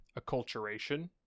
acculturation